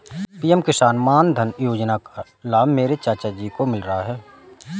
PM Kisan Maandhan Yojana का लाभ मेरे चाचा जी को मिल रहा है